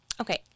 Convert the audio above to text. okay